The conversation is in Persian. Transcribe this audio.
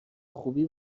خوبی